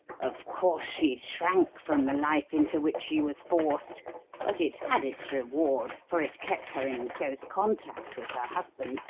of course she shrank from the life into which she was forced but it had its reward, for it kept her in close contact with her husband,